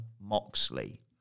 Moxley